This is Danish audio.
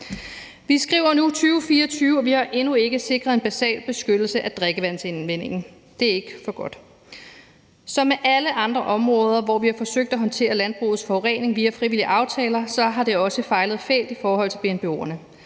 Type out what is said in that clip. vi skriver nu 2024, og vi har endnu ikke sikret en basal beskyttelse af drikkevandsindvindingen. Det er ikke for godt. Som på alle andre områder, hvor vi har forsøgt at håndtere landbrugets forurening via frivillige aftaler, har vi også fejlet fælt i forhold til BNBO'erne.